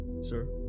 Sir